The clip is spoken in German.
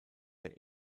der